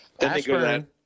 Ashburn